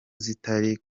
zitari